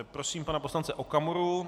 Prosím pana poslance Okamuru.